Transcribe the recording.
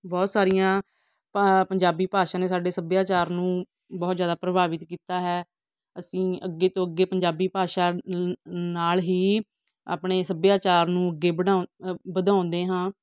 ਬਹੁਤ ਸਾਰੀਆਂ ਭਾ ਪੰਜਾਬੀ ਭਾਸ਼ਾ ਨੇ ਸਾਡੇ ਸੱਭਿਆਚਾਰ ਨੂੰ ਬਹੁਤ ਜ਼ਿਆਦਾ ਪ੍ਰਭਾਵਿਤ ਕੀਤਾ ਹੈ ਅਸੀਂ ਅੱਗੇ ਤੋਂ ਅੱਗੇ ਪੰਜਾਬੀ ਭਾਸ਼ਾ ਨ ਨਾਲ ਹੀ ਆਪਣੇ ਸੱਭਿਆਚਾਰ ਨੂੰ ਅੱਗੇ ਵਢਾ ਵਧਾਉਂਦੇ ਹਾਂ